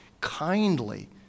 kindly